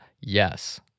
Yes